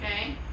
Okay